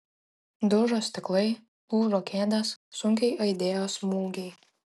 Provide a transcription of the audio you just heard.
dužo stiklai lūžo kėdės sunkiai aidėjo smūgiai